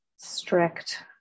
strict